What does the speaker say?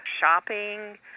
shopping